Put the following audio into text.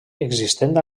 existent